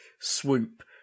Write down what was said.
swoop